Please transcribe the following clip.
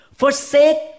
forsake